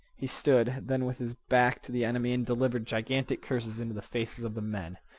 he stood then with his back to the enemy and delivered gigantic curses into the faces of the men.